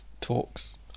Talks